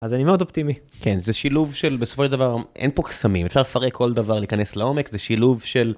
אז אני מאוד אופטימי כן זה שילוב של בסופו של דבר אין פה קסמים אפשק לפרק כל דבר להיכנס לעומק זה שילוב של.